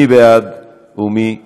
מי בעד ומי נגד?